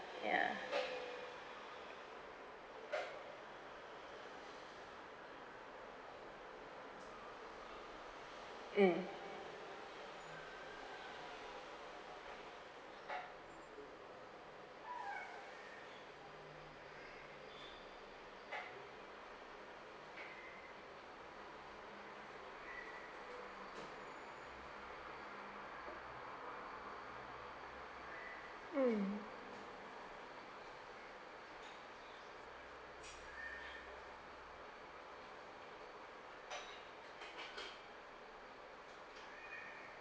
ya mm mm